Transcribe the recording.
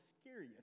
scariest